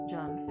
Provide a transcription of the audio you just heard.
John